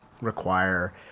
require